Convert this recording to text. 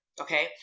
Okay